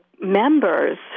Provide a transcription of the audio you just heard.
members